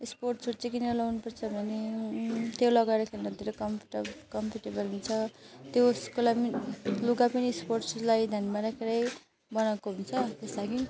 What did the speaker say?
sports shoes चाहिँ किनेर लगाउनुपर्छ भने त्यो लगाएर खेल्दा धेरै कम्फोर्टेबल कम्फोर्टेबल हुन्छ त्यसकोलाई पनि लुगा पनि स्पोर्ट्सलाई ध्यानमा राखेरै बनाएको हुन्छ त्यस लागि